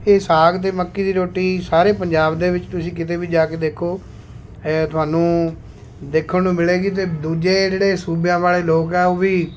ਇਹ ਸਾਗ ਅਤੇ ਮੱਕੀ ਦੀ ਰੋਟੀ ਸਾਰੇ ਪੰਜਾਬ ਦੇ ਵਿੱਚ ਤੁਸੀਂ ਕਿਤੇ ਵੀ ਜਾ ਕੇ ਦੇਖੋ ਹੈ ਤੁਹਾਨੂੰ ਦੇਖਣ ਨੂੰ ਮਿਲੇਗੀ ਅਤੇ ਦੂਜੇ ਜਿਹੜੇ ਸੂਬਿਆਂ ਵਾਲ਼ੇ ਲੋਕ ਹੈ ਉਹ ਵੀ